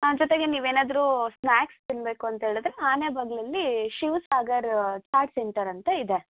ಹಾಂ ಜೊತೆಗೆ ನೀವು ಏನಾದರೂ ಸ್ನ್ಯಾಕ್ಸ್ ತಿನ್ನಬೇಕು ಅಂತೇಳಿದ್ರೆ ಆನೆಬಾಗ್ಲಲ್ಲಿ ಶಿವಸಾಗರ್ ಚಾಟ್ ಸೆಂಟರ್ ಅಂತ ಇದೆ